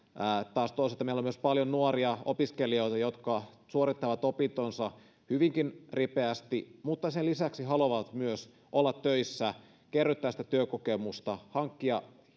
taas toisaalta meillä on myös paljon nuoria opiskelijoita jotka suorittavat opintonsa hyvinkin ripeästi mutta sen lisäksi haluavat myös olla töissä kerryttää työkokemusta hankkia